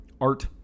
art